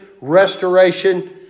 restoration